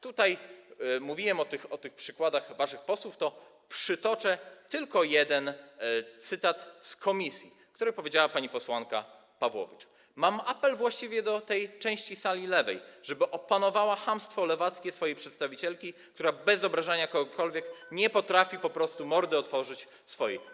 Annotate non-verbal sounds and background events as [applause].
Tutaj mówiłem o tych przykładach waszych posłów, więc przytoczę tylko jeden cytat z posiedzenia komisji, na którym pani posłanka Pawłowicz powiedziała: Mam apel właściwie do tej części sali lewej, żeby opanowała chamstwo lewackie swojej przedstawicielki, która bez obrażania [noise] kogokolwiek nie potrafi po prostu mordy otworzyć swojej.